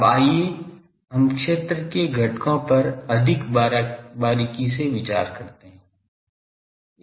अब आइए हम क्षेत्र के घटकों पर अधिक बारीकी से विचार करते है